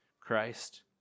Christ